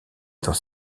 dans